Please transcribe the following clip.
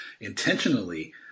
intentionally